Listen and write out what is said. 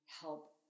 help